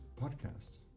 podcast